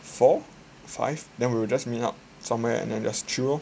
four five then we will just meet up somewhere and then just chill orh